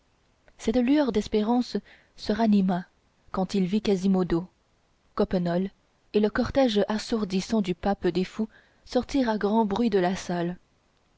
cette lueur d'espérance se ranima quand il vit quasimodo coppenole et le cortège assourdissant du pape des fous sortir à grand bruit de la salle